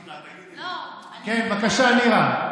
בבקשה, נירה.